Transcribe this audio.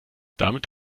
damit